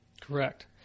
correct